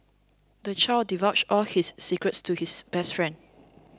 the child divulged all his secrets to his best friend